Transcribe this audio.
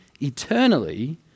eternally